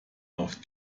auf